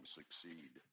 succeed